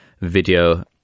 video